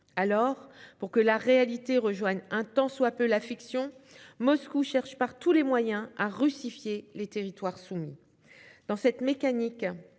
Alors, pour que la réalité rejoigne un tant soit peu la fiction, Moscou cherche par tous les moyens à russifier les territoires soumis. Dans cette mécanique,